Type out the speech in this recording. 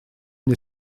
мне